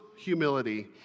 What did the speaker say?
humility